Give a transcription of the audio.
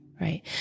right